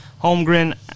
Holmgren